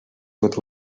tot